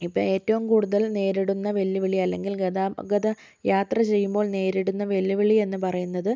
ഇപ്പോൾ ഏറ്റവും കൂടുതൽ നേരിടുന്ന വെല്ലുവിളി അല്ലെങ്കിൽ ഗതാഗത യാത്ര ചെയ്യുമ്പോൾ നേരിടുന്ന വെല്ലുവിളി എന്നു പറയുന്നത്